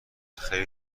خیلی